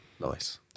Nice